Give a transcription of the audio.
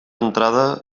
entrada